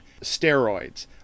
steroids